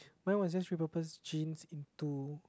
mine was just repurpose jeans into